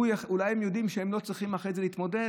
אולי הם יודעים שהם לא צריכים אחרי זה להתמודד,